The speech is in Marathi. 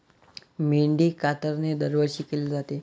मेंढी कातरणे दरवर्षी केली जाते